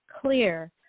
clear